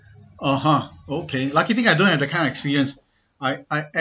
(uh huh) okay lucky thing I don't have that kind of experience I I have